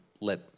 let